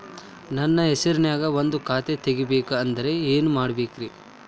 ನನ್ನ ಹೆಸರನ್ಯಾಗ ಒಂದು ಖಾತೆ ತೆಗಿಬೇಕ ಅಂದ್ರ ಏನ್ ಮಾಡಬೇಕ್ರಿ?